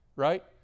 right